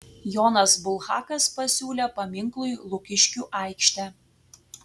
jonas bulhakas pasiūlė paminklui lukiškių aikštę